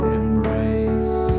embrace